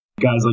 Guys